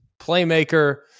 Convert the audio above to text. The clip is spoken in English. playmaker